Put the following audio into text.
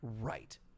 Right